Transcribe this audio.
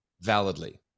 Validly